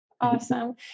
Awesome